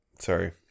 Sorry